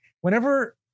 Whenever